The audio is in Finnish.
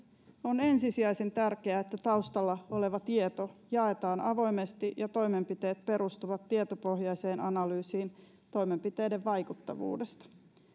on ensisijaisen tärkeää että taustalla oleva tieto jaetaan avoimesti ja toimenpiteet perustuvat tietopohjaiseen analyysiin toimenpiteiden vaikuttavuudesta